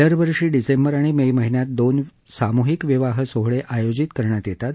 दरवर्षी डिसेंबर आणि मे महिन्यात दोन सामूहिक विवाह सोहळे आयोजित करण्यात येतात